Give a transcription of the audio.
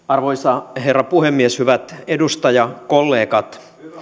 arvoisa herra puhemies hyvät edustajakollegat